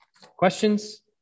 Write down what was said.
Questions